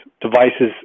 devices